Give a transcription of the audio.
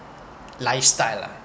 lifestyle lah